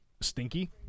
Stinky